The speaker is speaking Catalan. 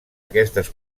aquestes